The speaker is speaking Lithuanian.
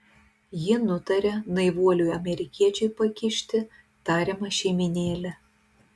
ji nutaria naivuoliui amerikiečiui pakišti tariamą šeimynėlę